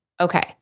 Okay